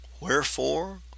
wherefore